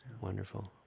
Wonderful